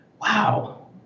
wow